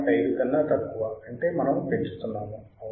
5 కన్నా తక్కువ అంటే మనము పెంచుతున్నాము అవునా